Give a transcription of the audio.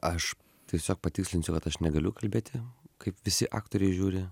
aš tiesiog patikslinsiu kad aš negaliu kalbėti kaip visi aktoriai žiūri